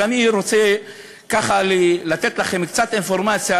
אז אני רוצה ככה לתת לכם קצת אינפורמציה,